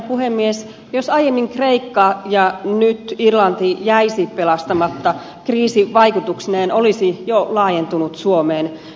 jos aiemmin kreikka ja nyt irlanti jäisivät pelastamatta kriisi vaikutuksineen olisi jo laajentunut suomeen